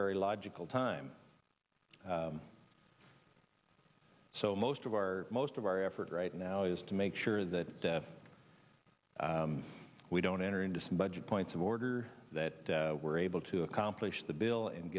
very logical time so most of our most of our effort right now is to make sure that we don't enter into some budget points of order that we're able to accomplish the bill and